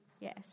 Yes